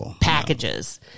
packages